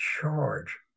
charge